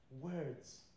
Words